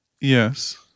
yes